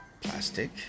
plastic